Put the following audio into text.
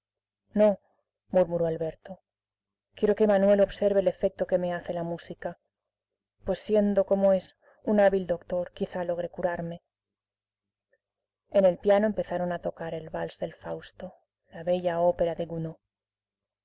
no murmuró alberto quiero que manuel observe el efecto que me hace la música pues siendo como es un hábil doctor quizá logre curarme en el piano empezaron a tocar el vals del fausto la bella ópera de gounod